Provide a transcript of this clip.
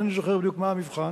אינני זוכר בדיוק מה המבחן,